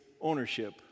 ownership